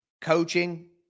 coaching